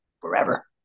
forever